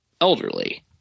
elderly